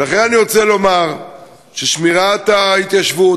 ולכן אני רוצה לומר ששמירת ההתיישבות,